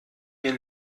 mir